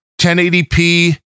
1080p